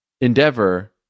Endeavor